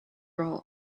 role